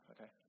okay